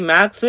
Max